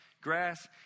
grass